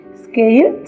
scale